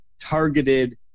targeted